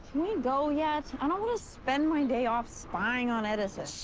we go yet? i don't want to spend my day off spying on edison. shh!